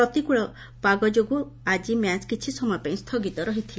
ପ୍ରତିକୂଳ ପାଗ ଯୋଗୁ ଆଜି ମ୍ୟାଚ କିଛି ସମୟ ପାଇଁ ସ୍ଥଗିତ ରହିଥିଲା